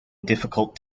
difficult